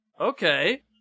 Okay